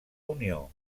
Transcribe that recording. unió